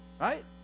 right